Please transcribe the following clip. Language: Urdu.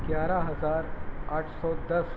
گیارہ ہزار آٹھ سو دس